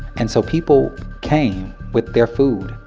and so people came with their food,